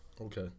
Okay